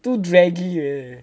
too draggy already